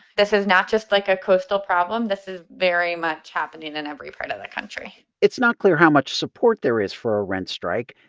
this is not just, like, a coastal problem. this is very much happening in every part of the country it's not clear how much support there is for a rent strike.